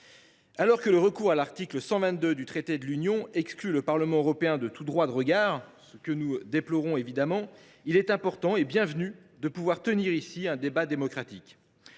Alors que le recours à l’article 122 du traité sur le fonctionnement de l’Union européenne exclut le Parlement européen de tout droit de regard, ce que nous déplorons évidemment, il est important et bienvenu de pouvoir tenir ici un débat démocratique.